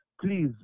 Please